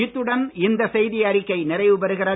இத்துடன் இந்த செய்திஅறிக்கை நிறைவுபெறுகிறது